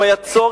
אם היה צורך,